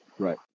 right